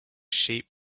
sheep